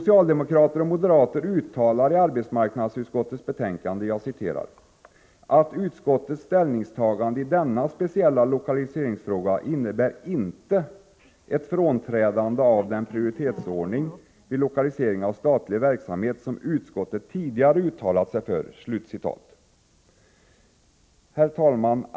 inte ett frånträdande av den prioriteringsordning vid lokaliseringen av statlig verksamhet som utskottet tidigare uttalat sig för —” Kvinnornas villkor Herr talman!